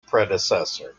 predecessor